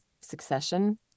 succession